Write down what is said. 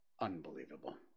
Unbelievable